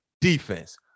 defense